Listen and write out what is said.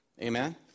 Amen